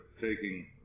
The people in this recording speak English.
taking